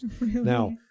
Now